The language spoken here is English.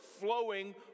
flowing